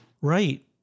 Right